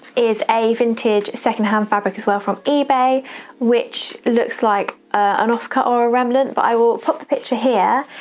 is a vintage second hand fabric as well from ebay which looks like an off color or remnant, but i will put the picture here.